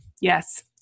yes